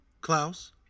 Klaus